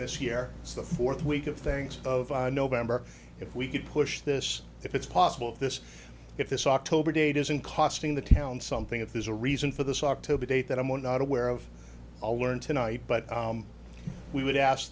this year it's the fourth week of things of november if we could push this if it's possible this if this october date isn't costing the town something if there's a reason for this october date that i'm not aware of all learned tonight but we would ask